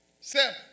Seven